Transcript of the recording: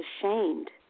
ashamed